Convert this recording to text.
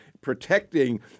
protecting